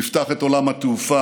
יפתח את עולם התעופה,